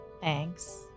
Thanks